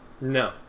No